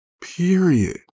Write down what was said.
period